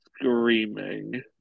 screaming